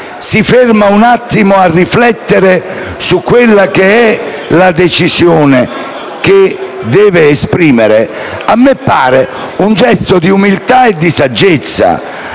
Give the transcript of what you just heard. si ferma un attimo a riflettere sulla decisione che deve esprimere, a me pare un gesto di umiltà e saggezza.